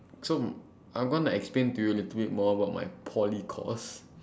so I'm gonna explain to you a little bit more about my poly course